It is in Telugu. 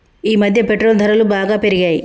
ఈమధ్య పెట్రోల్ ధరలు బాగా పెరిగాయి